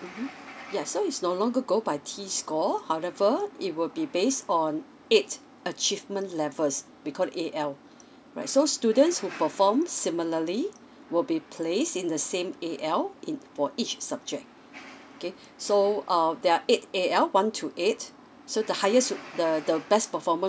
mmhmm yeah so it's no longer go by T score however it will be based on eight achievement levels we call it A L right so students who perform similarly will be place in the same A L in for each subject okay so err there are eight A L one to eight so the highest the the best performance